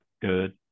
Good